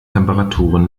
temperaturen